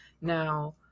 Now